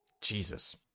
Jesus